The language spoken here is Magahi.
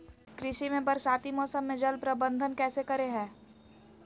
कृषि में बरसाती मौसम में जल प्रबंधन कैसे करे हैय?